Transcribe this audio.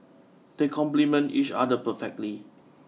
they complement each other perfectly